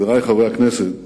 חברי חברי הכנסת,